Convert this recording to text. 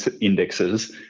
indexes